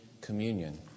Communion